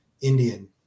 Indian